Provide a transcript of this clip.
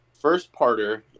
First-parter